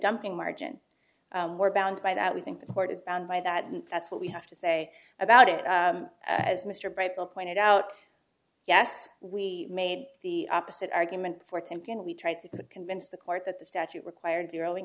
dumping margin we're bound by that we think the court is bound by that and that's what we have to say about it as mr brightman pointed out yes we made the opposite argument for tempe and we tried to convince the court that the statute required zeroing